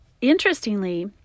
Interestingly